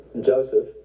Joseph